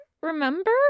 remember